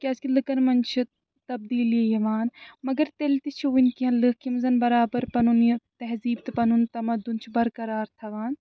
کیازِ کہِ لُکَن منٛز چھِ تَبدیٖلی یِوان مَگر تیٚلہِ تہِ چھِ وٕنۍکٮ۪ن لُکھ یِم زَن بَرابر پَنُن یہِ تَہذیٖب تہٕ پَنُن تَمَدُن چھِ بَقرار تھاوان